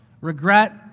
regret